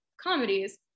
comedies